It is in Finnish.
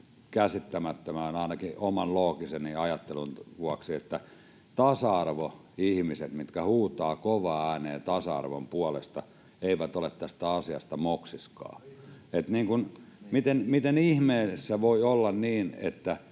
käsittämätöntä ainakin oman loogisen ajatteluni mukaan, että tasa-arvoihmiset, jotka huutavat kovaan ääneen tasa-arvon puolesta, eivät ole tästä asiasta moksiskaan. [Perussuomalaisten